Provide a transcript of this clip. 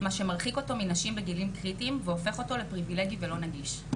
מה שמרחיק אותו מנשים בגילאים קריטיים והופך אותו לפריבילגי ולא נגיש.